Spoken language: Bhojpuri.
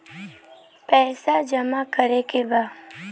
पैसा जमा करे के बा?